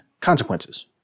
consequences